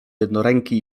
jednoręki